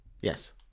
Yes